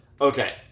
Okay